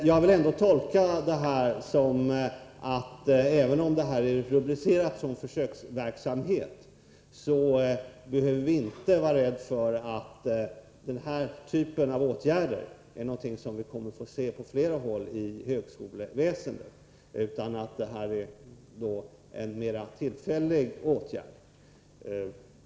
Jag vill ändå tolka det så, att även om detta är rubricerat som försöksverksamhet behöver vi inte vara rädda för att denna typ av åtgärder är någonting som vi kommer att få se på flera håll inom högskoleväsendet, utan det är en mera tillfällig åtgärd.